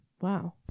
Wow